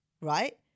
right